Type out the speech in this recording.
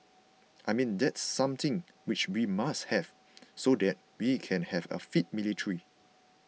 I mean that's something which we must have so that we can have a fit military